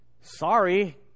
sorry